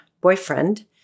boyfriend